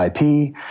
IP